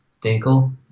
Dinkle